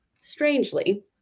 strangely